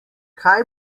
kaj